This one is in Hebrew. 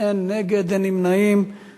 ביטול שלילה רטרואקטיבית עקב יציאה לחו"ל),